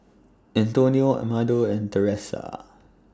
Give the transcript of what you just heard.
Antonio Amado and Teressa